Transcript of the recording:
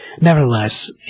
Nevertheless